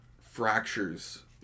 fractures